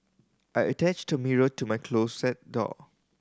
I attached a mirror to my closet door